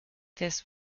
this